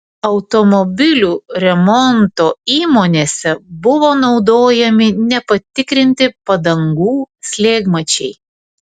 automobilių remonto įmonėse buvo naudojami nepatikrinti padangų slėgmačiai